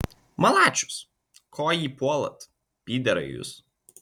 malačius ko jį puolat pyderai jūs